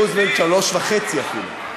רוזוולט, שלוש וחצי אפילו.